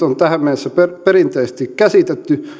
on tähän mennessä perinteisesti käsitetty